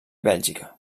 bèlgica